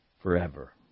forever